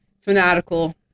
fanatical